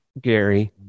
Gary